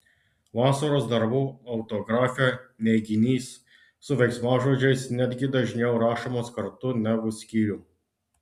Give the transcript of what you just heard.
vasaros darbų autografe neiginys su veiksmažodžiais netgi dažniau rašomas kartu negu skyrium